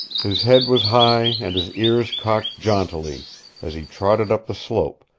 his head was high and his ears cocked jauntily as he trotted up the slope,